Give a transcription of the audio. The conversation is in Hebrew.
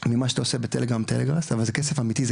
ממה שאתה עושה בטלגרם או טלגראס אבל זה כסף אמיתי,